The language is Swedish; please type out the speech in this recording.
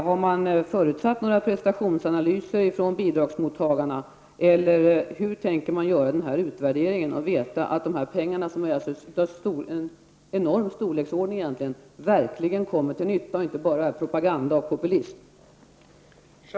Har man förutsatt några prestationsanalyser från bidragsmottagarna, eller hur tänker man göra en utvärdering för att få veta att pengarna -- egentligen i enorm storleksordning -- verkligen blir till nytta och inte används till propaganda eller i populistiskt syfte?